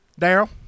Daryl